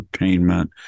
entertainment